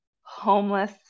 Homeless